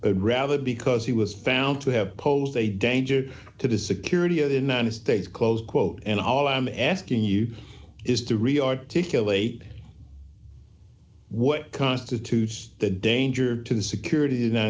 m rather because he was found to have posed a danger to the security of the united states close quote and all i'm asking you is to really articulate what constitutes the danger to the security